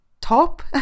Top